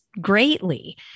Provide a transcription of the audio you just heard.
greatly